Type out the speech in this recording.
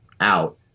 out